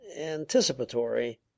anticipatory